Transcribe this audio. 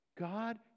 God